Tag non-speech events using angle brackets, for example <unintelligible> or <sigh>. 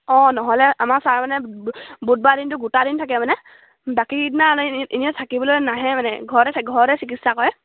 অঁ নহ'লে আমাৰ ছাৰ মানে বুধবাৰ দিনটো দুটা দিন থাকে মানে বাকীকেইদিনা এনে থাকিবলৈ নাহে মানে ঘৰতে <unintelligible> ঘৰতে চিকিৎসা কৰে